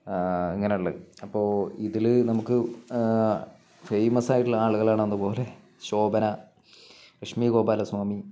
ഇങ്ങനെയുള്ളത് അപ്പോള് ഇതില് നമുക്ക് ഫേമസായിട്ടുള്ള ആളുകളാണ് അതുപോലെ ശോഭന ലക്ഷ്മി ഗോപാലസ്വാമി